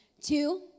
Two